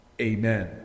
Amen